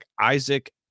Isaac